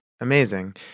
Amazing